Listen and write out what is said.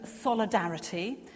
solidarity